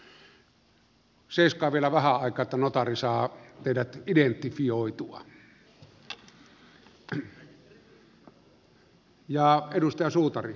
seisokaa vielä vähän aikaa että notaari saa teidät identifioitua